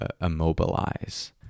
immobilize